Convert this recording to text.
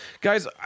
Guys